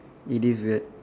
it is weird